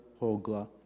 Hogla